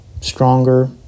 stronger